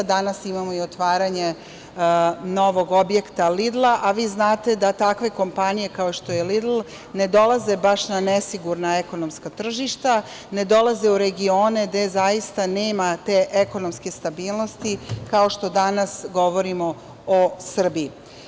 Danas imamo i otvaranje novog objekta „Lidla“, a vi znate da takve kompanije kao što je „Lidl“ ne dolaze baš na nesigurna ekonomska tržišta, ne dolaze u regione gde zaista nema te ekonomske stabilnosti, kao što danas govorimo o Srbiji.